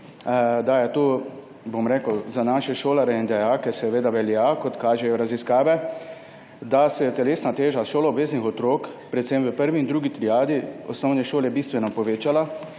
v pravo smer. Za naše šolarje in dijake velja, kot kažejo raziskave, da se je telesna teža šoloobveznih otrok predvsem v prvi in drugi triadi osnovne šole bistveno povečala,